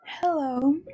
Hello